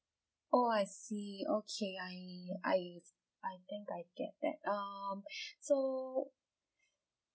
orh I see okay I I I think I get that um so